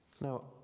Now